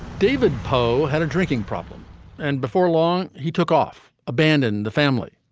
david po had a drinking problem and before long he took off abandoned the family.